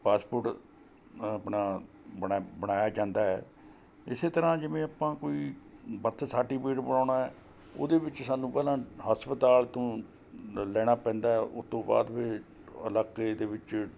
passport ਆਪਣਾ ਬਣਾ ਬਣਾਇਆ ਜਾਂਦਾ ਹੈ ਇਸੇ ਤਰ੍ਹਾਂ ਜਿਵੇਂ ਆਪਾਂ ਕੋਈ ਬਰਥ ਸਰਟੀਫਿਕੇਟ ਬਣਾਉਣਾ ਹੈ ਉਹਦੇ ਵਿੱਚ ਸਾਨੂੰ ਪਹਿਲਾਂ ਹਸਪਤਾਲ ਤੋਂ ਲੈਣਾ ਪੈਂਦਾ ਉਹ ਤੋਂ ਬਾਅਦ ਫਿਰ ਇਲਾਕੇ ਦੇ ਵਿੱਚ